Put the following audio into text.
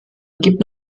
ergibt